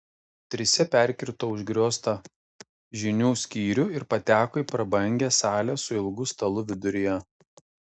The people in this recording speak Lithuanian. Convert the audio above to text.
trise perkirto užgrioztą žinių skyrių ir pateko į prabangią salę su ilgu stalu viduryje